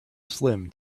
slim